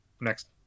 next